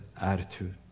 attitude